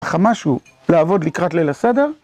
לך משהו הוא לעבוד לקראת לילה סדר